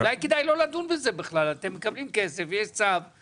בגלל חוסר ודאות בשוק הרבה יבואנים ישבו על הגדר ולא שחררו